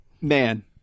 Man